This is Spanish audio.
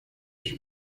sus